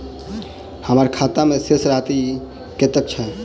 हम्मर खाता मे शेष राशि कतेक छैय?